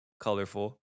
colorful